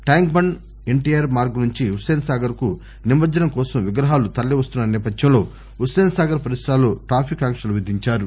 tank bund NTR Marg నుంచి హుస్పేస్ సాగర్ కు నిమజ్జనం కోసం విగ్రహాలు తరలి వస్తున్న నేపథ్యంలో హుస్పీన్సాగర్ పరిసరాల్లో ట్రాఫిక్ ఆంక్షలు విధించారు